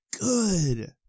good